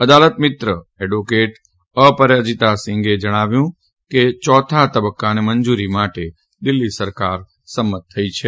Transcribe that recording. અદાલતમિત્ર advocate Aparajita Sindhe જણાવ્યું કે ચોથા તબક્કાને મંજુરી માટે દિલ્હી સરકાર સંમત થઇ છે